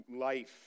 life